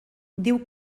diu